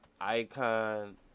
Icon